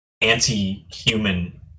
anti-human